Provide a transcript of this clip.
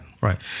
right